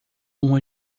uma